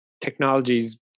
technologies